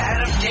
Adam